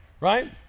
right